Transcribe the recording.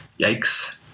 Yikes